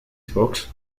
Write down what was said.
xbox